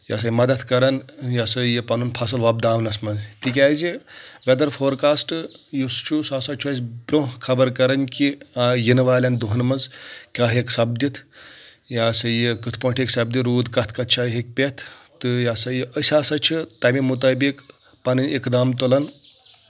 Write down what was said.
یہِ ہسا مدتھ کران یہِ ہسا یہِ پنُن فصٕل وۄپداونس منٛز تِکیازِ ویدر فورکاسٹ یُس چھُ سُہ ہسا چھُ اسہِ برونٛہہ خبر کران کہِ یِنہٕ والؠن دۄہن منٛز کیاہ ہیٚکہِ سپدِتھ یہِ ہسا یہِ کِتھ پٲٹھۍ ہیٚکہِ سپدِتھ روٗد کتھ کَتھ چھا ہیٚکہِ پؠتھ تہٕ یہِ ہسا یہِ أسۍ ہسا چھِ تمہِ مُطٲبق پنٕنۍ اِقدام تُلان